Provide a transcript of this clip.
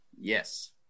Yes